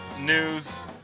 news